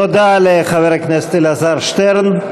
תודה לחבר הכנסת אלעזר שטרן.